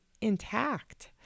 intact